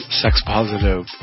sex-positive